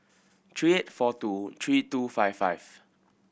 three eight four two three two five five